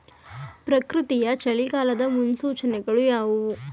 ಪ್ರಕೃತಿಯ ಚಳಿಗಾಲದ ಮುನ್ಸೂಚನೆಗಳು ಯಾವುವು?